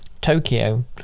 Tokyo